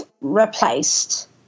replaced